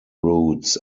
routes